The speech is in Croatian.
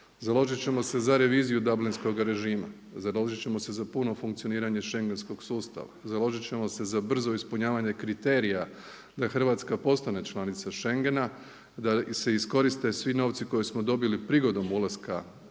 Založit ćemo se za reviziju dublinskog režima. Založit ćemo se za puno funkcioniranje schengenskog sustava. Založit ćemo se za brzo ispunjavanje kriterija da Hrvatska postane članica schengena, da se iskoriste svi novci koje smo dobili prigodom ulaska u EU a